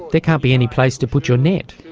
there can't be any place to put your net.